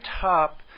top